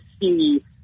see